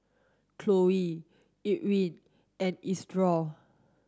Khloe Irwin and Isidore